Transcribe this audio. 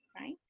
right